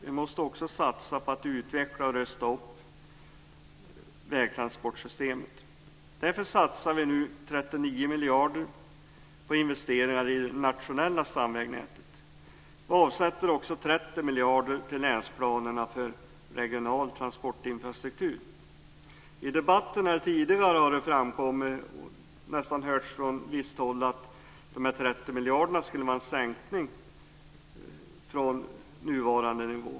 Vi måste också satsa på att utveckla och rusta upp vägtransportsystemet. Därför satsar vi nu 39 miljarder kronor på investeringar i det nationella stamvägnätet, och avsätter också 30 miljarder till länsplanerna för regional transportinfrastruktur. I debatten har det tidigare här framkommit och hörts från visst håll att de här 30 miljarderna skulle vara en sänkning från nuvarande nivå.